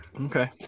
okay